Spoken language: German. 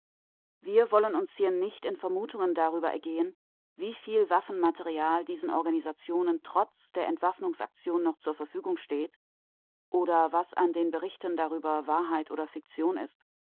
wir wollen uns hier nicht in vermutungen darüber ergehen wieviel waffenmaterial diesen organisationen trotz der entwaffnungsaktion noch zur verfügung steht oder was an den berichten darüber wahrheit oder fiktion ist